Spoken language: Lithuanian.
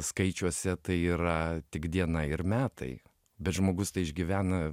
skaičiuose tai yra tik diena ir metai bet žmogus tai išgyvena